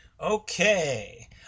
okay